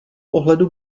ohledu